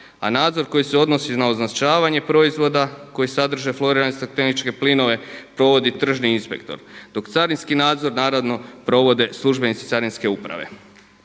a nadzor koji se odnosi na označavanje proizvoda koji sadrže florirane stakleničke plinove provodi tržni inspektor dok carinski nadzor naravno provode službenici Carinske uprave.